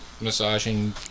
massaging